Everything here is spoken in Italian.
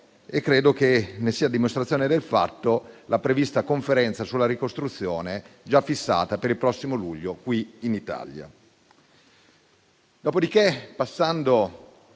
Credo che ne sia dimostrazione il fatto che la prevista conferenza sulla ricostruzione sia già stata fissata per il prossimo luglio qui in Italia.